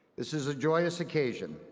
this is a joyous occasion.